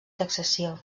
taxació